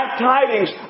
tidings